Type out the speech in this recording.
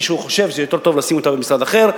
אם מישהו חושב שיותר טוב לשים אותה במשרד אחר,